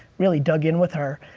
really dug in with her.